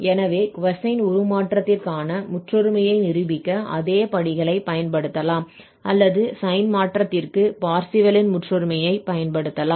எனவே கொசைன் உருமாற்றத்திற்கான முற்றொருமையை நிரூபிக்க அதே படிகளைப் பயன்படுத்தலாம் அல்லது சைன் மாற்றத்திற்கு பர்சேவல் Parseval's ன் முற்றொருமையை பயன்படுத்தலாம்